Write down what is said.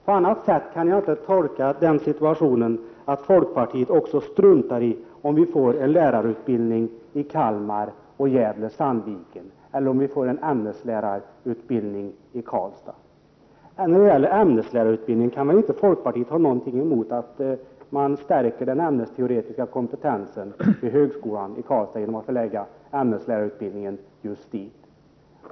På annat sätt kan jag inte tolka den situationen att folkpartiet också struntar i om vi får en lärarutbildning i Kalmar och Gävle—-Sandviken eller en ämneslärarutbildning i Karlstad. När det gäller ämneslärarutbildningen kan väl inte folkpartiet ha någonting emot att man stärker den ämnesteoretiska kompetensen vid högskolan i Karlstad genom att förlägga ämneslärarutbildningen dit?